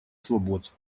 свобод